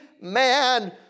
man